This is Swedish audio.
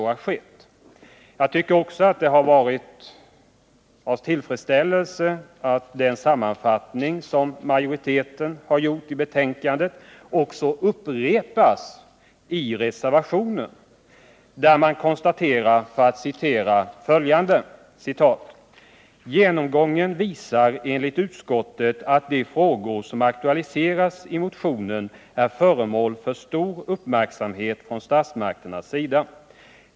Jag noterar vidare med tillfredsställelse att den sammanfattning i betänkandet som majoriteten i utskottet står bakom också upprepas i reservationen. Man säger: ”Denna genomgång visar enligt utskottet att de frågor som aktualiseras i Nr 33 motionen är föremål för stor uppmärksamhet från statsmakternas sida.